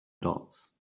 dots